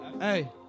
Hey